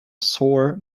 sour